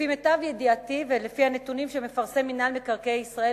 לפי מיטב ידיעתי ולפי הנתונים שמפרסם מינהל מקרקעי ישראל,